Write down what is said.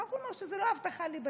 מחר הוא אומר שזאת לא הבטחה ליבתית.